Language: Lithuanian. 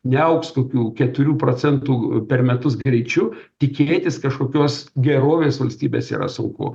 neaugs kokių keturių procentų per metus greičiu tikėtis kažkokios gerovės valstybės yra sunku